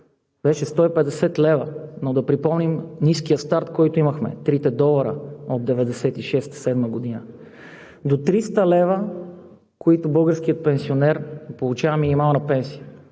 беше 150 лв. Но да припомним ниския старт, който имахме – трите долара от 1996 – 1997 г., до 300 лв., които българският пенсионер получава като минимална пенсия